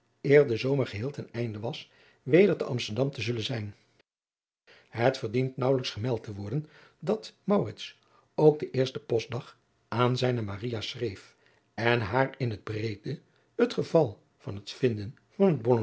eer de zomer geheel ten einde was weder te amsterdam te zullen zijn het verdient naauwelijks gemeld te worden dat maurits ook den eersten postdag aan zijne maria schreef en haar in het breede het geval van het vinden